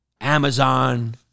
Amazon